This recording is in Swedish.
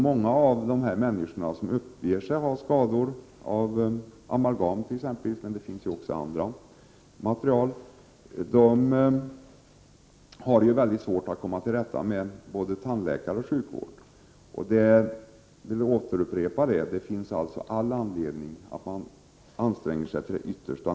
Många av de människor som uppger sig ha skador av exempelvis amalgam — men det finns ju också andra material — har mycket svårt att komma till rätta med tandläkare och sjukvård. Jag vill åter upprepa att det finns all anledning att anstränga sig till det yttersta.